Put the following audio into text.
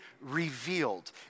revealed